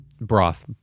broth